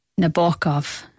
Nabokov